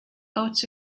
oats